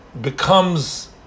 becomes